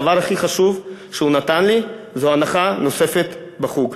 הדבר הכי חשוב שהוא נתן לי זו הנחה נוספת בחוג,